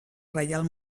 reial